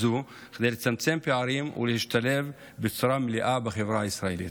זו כדי לצמצם פערים ולהשתלב בצורה מלאה בחברה הישראלית.